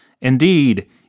Indeed